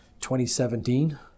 2017